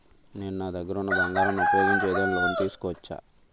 నేను నా దగ్గర ఉన్న బంగారం ను ఉపయోగించి ఏదైనా లోన్ తీసుకోవచ్చా?